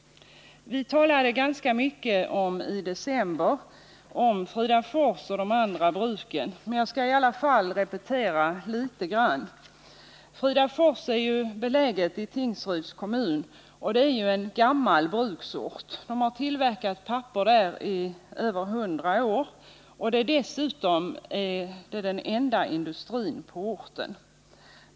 Vi talade ganska mycket i december om Fridafors och de andra bruken, men jag skall i alla fall repetera litet grand. Fridafors är beläget i Tingsryds kommun och är en gammal bruksort. Man har tillverkat papper där i över 100 år, och det är dessutom den enda industrin på orten.